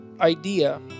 idea